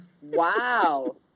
Wow